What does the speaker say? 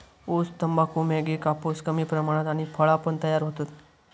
ऊस, तंबाखू, मॅगी, कापूस कमी प्रमाणात आणि फळा पण तयार होतत